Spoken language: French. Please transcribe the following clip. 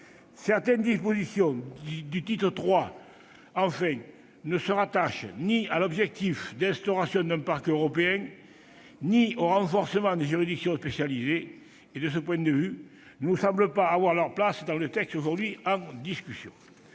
Certaines dispositions du titre III, enfin, ne se rattachent ni à l'objectif d'instauration d'un Parquet européen ni au renforcement des juridictions spécialisées. De ce point de vue, elles ne nous semblent pas avoir leur place dans le texte aujourd'hui en discussion.